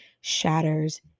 shatters